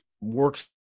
works